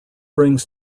brings